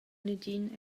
negin